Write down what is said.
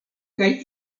kaj